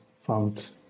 found